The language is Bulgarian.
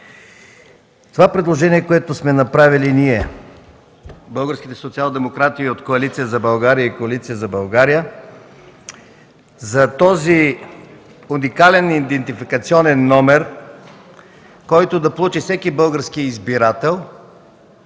Предложението, което сме направили ние – българските социалдемократи от Коалиция за България и Коалиция за България, за този уникален идентификационен номер, който да получи всеки български избирател,